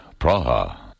Praha